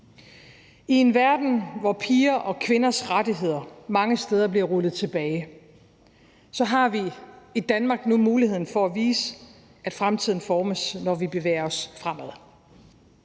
I en verden, hvor piger og kvinders rettigheder mange steder bliver rullet tilbage, har vi i Danmark nu muligheden for at vise, at fremtiden formes, når vi bevæger os fremad.